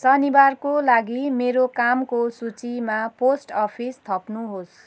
शनिवारको लागि मेरो कामको सूचीमा पोस्ट अफिस थप्नुहोस्